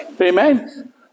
Amen